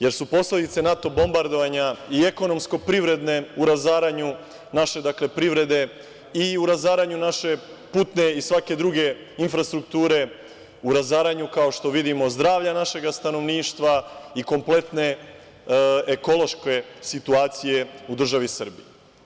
Jer su posledice NATO bombardovanja i ekonomsko privredne u razaranju naše privrede i u razaranju naše putne i svake druge infrastrukture u razaranju, kao što vidimo zdravlja našeg stanovništva i kompletne ekološke situacije u državi Srbiji.